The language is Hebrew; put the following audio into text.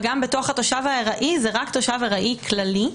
וגם בתוך התושב הארעי זה רק תושב ארעי כללי.